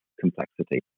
complexity